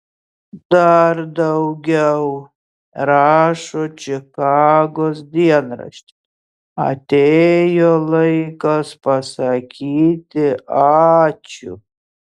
dar daugiau rašo čikagos dienraštis atėjo laikas pasakyti ačiū